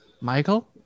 Michael